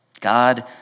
God